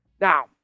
now